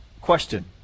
question